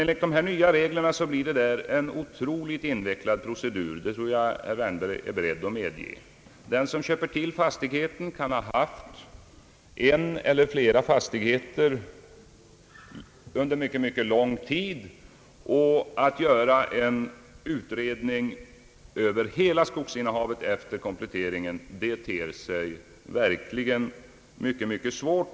Enligt de nya reglerna blir det där en otroligt invecklad procedur, vilket jag tror herr Wärnberg är beredd att medge. Den som köper till fastigheten kan ha haft en eller flera fastigheter under mycket lång tid. Att göra en utredning över hela skogsinnehavet efter komplet teringen ter sig verkligen mycket svårt.